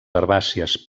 herbàcies